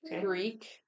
Greek